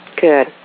Good